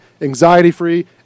anxiety-free